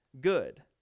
good